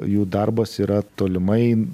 jų darbas yra tolimai